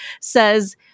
says